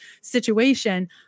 situation